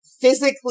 physically